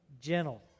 gentle